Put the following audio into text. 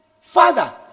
Father